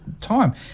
time